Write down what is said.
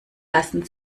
lassen